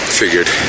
figured